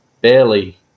barely